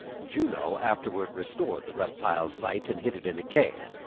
juno afterward restored the reptile's sight and hid it in a cave.